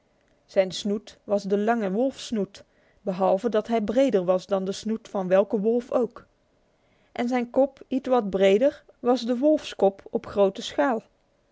zijn snoet was de lange wolfssnoet behalve dat hij breder was dan de snoet van welken wolf ook en zijn kop ietwat breder was de wolfskop op grote schaal